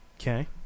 Okay